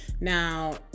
Now